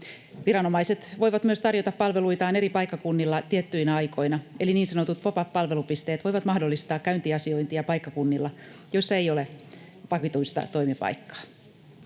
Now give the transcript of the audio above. Viranomaiset voivat myös tarjota palveluitaan eri paikkakunnilla tiettyinä aikoina, eli niin sanotut vapaat palvelupisteet voivat mahdollistaa käyntiasioinnin paikkakunnilla, joilla ei ole vakituista toimipaikkaa.